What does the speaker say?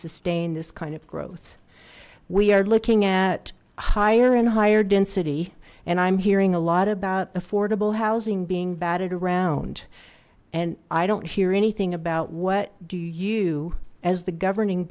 sustain this kind of growth we are looking at higher and higher density and i'm hearing a lot about affordable housing being batted around and i don't hear anything about what do you as the governing